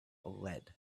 lead